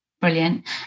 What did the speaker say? Brilliant